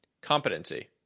Competency